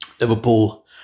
Liverpool